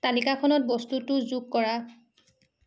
তালিকাখনত বস্তুটো যোগ কৰা